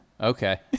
Okay